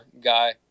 guy